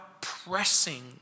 pressing